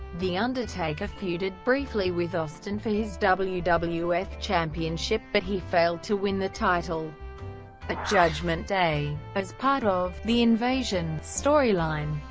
the undertaker feuded briefly with austin for his wwf wwf championship, but he failed to win the title at judgment day. as part of the invasion storyline,